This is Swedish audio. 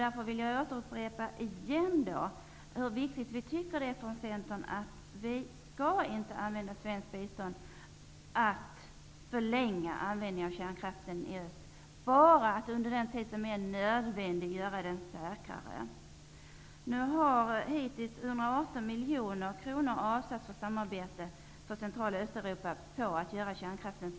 Jag vill därför återupprepa att Centern tycker att det är viktigt att svenskt bistånd inte skall användas för att förlänga användningen av kärnkraft i öst, utan bara under den tid som det är nödvändigt att göra den säkrare. Hittills har 118 miljoner kronor avsatts för samarbete med Central och Östeuropa på detta område.